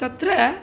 तत्र